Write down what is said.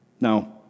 Now